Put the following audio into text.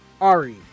Ari